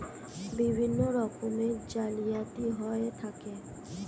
বিভিন্ন রকমের জালিয়াতি হয়ে থাকে